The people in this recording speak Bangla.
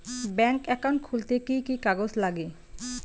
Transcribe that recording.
ব্যাঙ্ক একাউন্ট খুলতে কি কি কাগজ লাগে?